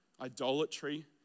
idolatry